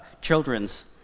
children's